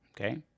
Okay